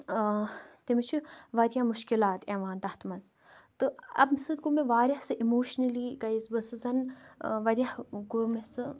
تٔمِس چھُ واریاہ مُشکِلات یِوان تتھ منٛز تہٕ امہ سۭتۍ گوٚو مےٚ واریاہ سُہ اِموشنٔلی گٔیَس بہٕ بہٕ ٲسِس زَن واریاہ گوٚو مےٚ سُہ